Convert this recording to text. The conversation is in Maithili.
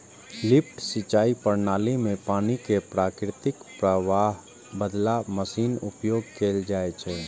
लिफ्ट सिंचाइ प्रणाली मे पानि कें प्राकृतिक प्रवाहक बदला मशीनक उपयोग कैल जाइ छै